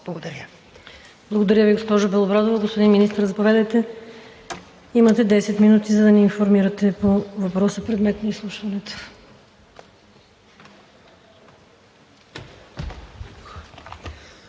Благодаря Ви, госпожо Белобрадова. Господин Министър, заповядайте. Имате 10 минути, за да ни информирате за въпроса, предмет на изслушването.